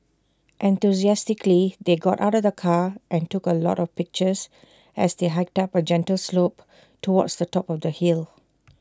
enthusiastically they got out the car and took A lot of pictures as they hiked up A gentle slope towards the top of the hill